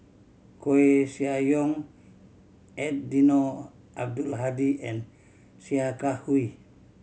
Koeh Sia Yong Eddino Abdul Hadi and Sia Kah Hui